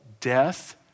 death